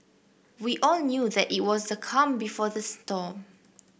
we all knew that it was the calm before the storm